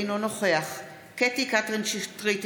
אינו נוכח קטי קטרין שטרית,